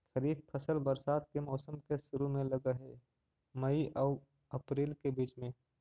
खरीफ फसल बरसात के मौसम के शुरु में लग हे, मई आऊ अपरील के बीच में